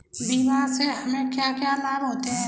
बीमा से हमे क्या क्या लाभ होते हैं?